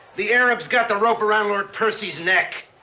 the arab's got the rope around lord percy's neck!